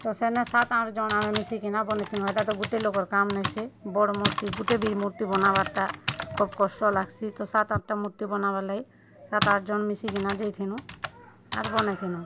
ତ ସେନେ ସାତ୍ ଆଠ୍ ଜଣ୍ ଆମେ ମିଶିକିନା ବନେଇଥିଲୁଁ ଇ'ଟା ତ ଗୁଟେ ଲୋକ୍ର କାମ୍ ନାଇ ସେ ବଡ଼୍ ମୂର୍ତ୍ତି ଗୁଟେ ବି ମୂର୍ତ୍ତି ବନାବାର୍ଟା ଖୋବ୍ କଷ୍ଟ୍ ଲାଗ୍ସି ତ ସାତ୍ ଆଠ୍ଟା ମୂର୍ତ୍ତି ବନାବାର୍ ଲାଗି ସାତ୍ ଆଠ୍ ଜଣ୍ ମିଶିକିନା ଯାଇଥିଲୁଁ ଆର୍ ବନେଇଥିଲୁଁ